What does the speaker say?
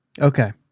Okay